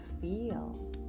feel